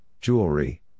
jewelry